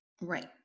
Right